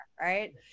right